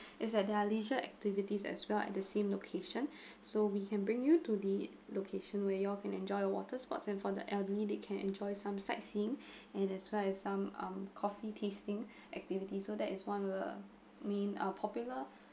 it's that there are leisure activities as well at the same location so we can bring you to the location where you all can enjoy water sports and for the elderly they can enjoy some sightseeing and as far as some coffee tasting activity so that is one of the main uh are popular